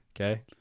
okay